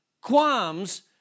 qualms